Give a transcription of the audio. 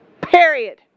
Period